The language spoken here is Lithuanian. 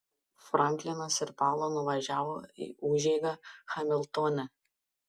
franklinas ir paula nuvažiavo į užeigą hamiltone